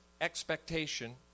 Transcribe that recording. expectation